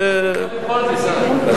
רק בגללך.